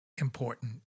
important